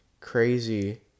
crazy